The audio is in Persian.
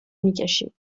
میکشید